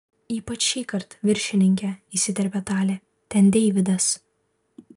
ypač šįkart viršininke įsiterpė talė ten deividas